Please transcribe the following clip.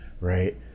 right